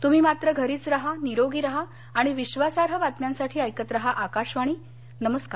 तुम्ही मात्र घरीच राहा निरोगी राहा आणि विश्वासार्ह बातम्यांसाठी ऐकत राहा आकाशवाणी नमस्कार